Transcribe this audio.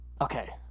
okay